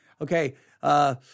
Okay